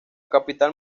capital